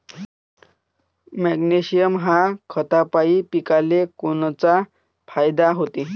Magnesium ह्या खतापायी पिकाले कोनचा फायदा होते?